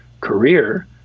career